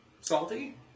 Salty